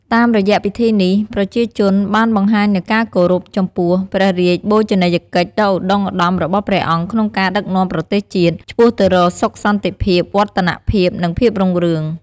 តាមរយៈពិធីនេះ ប្រជាជនបានបង្ហាញនូវការគោរពចំពោះព្រះរាជបូជនីយកិច្ចដ៏ឧត្តុង្គឧត្តមរបស់ព្រះអង្គក្នុងការដឹកនាំប្រទេសជាតិឆ្ពោះទៅរកសុខសន្តិភាព វឌ្ឍនភាព និងភាពរុងរឿង។